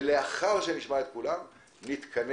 ולאחר שנשמע את כולם נתכנס,